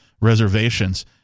reservations